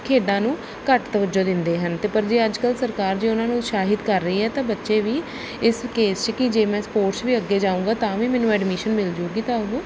ਖੇਡਾਂ ਨੂੰ ਘੱਟ ਤਵੱਜੋ ਦਿੰਦੇ ਹਨ ਅਤੇ ਪਰ ਜੇ ਅੱਜ ਕੱਲ੍ਹ ਸਰਕਾਰ ਜੇ ਉਹਨਾਂ ਨੂੰ ਉਤਸ਼ਾਹਿਤ ਕਰ ਰਹੀ ਹੈ ਤਾਂ ਬੱਚੇ ਵੀ ਇਸ ਕੇਸ 'ਚ ਕੀ ਜੇ ਮੈਂ ਸਪੋਰਟਸ ਵੀ ਅੱਗੇ ਜਾਊਂਗਾ ਤਾਂ ਵੀ ਮੈਨੂੰ ਐਡਮਿਸ਼ਨ ਮਿਲ ਜਾਊਗੀ ਤਾਂ ਉਹ